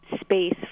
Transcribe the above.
space